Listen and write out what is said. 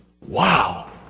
Wow